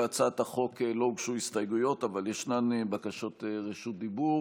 להצגת החוק לא הוצגו הסתייגויות אבל ישנן בקשות רשות דיבור.